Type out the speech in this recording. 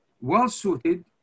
well-suited